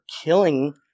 killing –